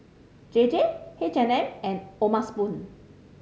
J J H and M and O'ma Spoon